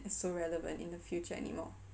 as so relevant in the future anymore